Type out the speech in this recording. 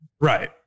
Right